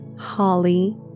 Holly